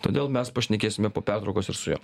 todėl mes pašnekėsime po pertraukos ir su juo